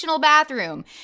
Bathroom